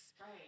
right